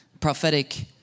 Prophetic